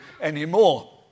anymore